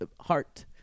Heart